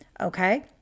Okay